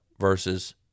versus